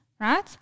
right